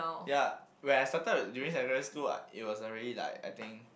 ya when I started during secondary school what it was already like I think